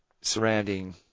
surrounding